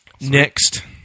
Next